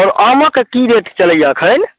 तब आमक की रेट चलैए अखन